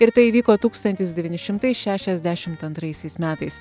ir tai įvyko tūkstantis devyni šimtai šešiasdešimt antraisiais metais